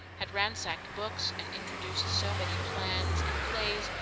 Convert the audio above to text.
had ransacked books, and introduced so many plans, and plays,